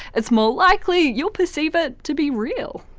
it's more likely you'll perceive it to be real.